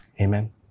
Amen